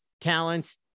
talents